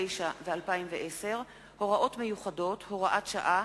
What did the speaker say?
ו-2010 (הוראות מיוחדות) (הוראת שעה)